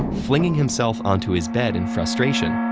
flinging himself onto his bed in frustration,